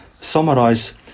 summarize